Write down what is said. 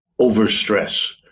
overstress